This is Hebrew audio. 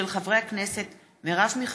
מאת חבר הכנסת יעקב מרגי,